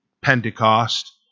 Pentecost